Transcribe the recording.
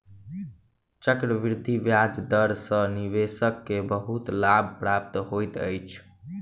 चक्रवृद्धि ब्याज दर सॅ निवेशक के बहुत लाभ प्राप्त होइत अछि